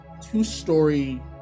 two-story